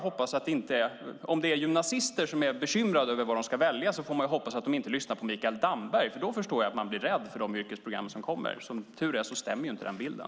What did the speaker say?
Om det är gymnasister som är bekymrade över vad de ska välja får man hoppas att de inte lyssnar på Mikael Damberg. Då förstår jag att de blir rädda för de yrkesprogram som kommer. Som tur är stämmer inte den bilden.